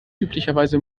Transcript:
üblicherweise